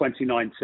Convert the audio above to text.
2019